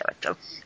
character